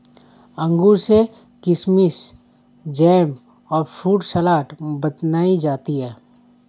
अंगूर से किशमिस जैम और फ्रूट सलाद बनाई जाती है